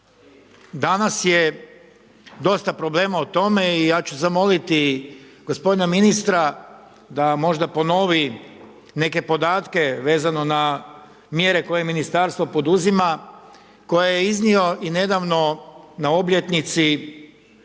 Danas je dosta problema o tome i ja ću zamoliti gospodina ministra da možda ponovi neke podatke vezano na mjere koje ministarstvo poduzima koje je iznio i nedavno na obljetnici